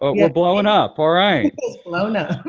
ah we're blowing up, all right. it has blown up.